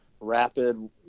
rapid